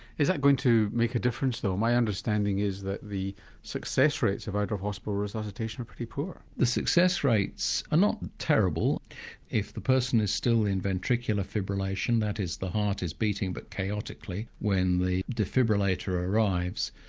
is that going to make a difference though? my understanding is that the success rates of out of hospital resuscitation are pretty poor. the success rates are not terrible if the person is still in ventricular fibrillation, that is, the heart is beating but chaotically, when the defibrillator arrives,